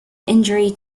injury